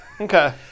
Okay